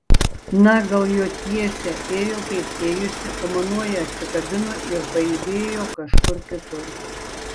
na gal jo tiesė ėjo kaip ėjusi o manoji atsikabino ir pajudėjo kažkur kitur